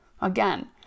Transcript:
Again